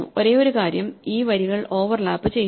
ഒരേയൊരു കാര്യം ഈ വരികൾ ഓവർലാപ്പ് ചെയ്യില്ല